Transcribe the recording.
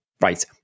right